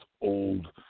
old